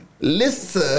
Listen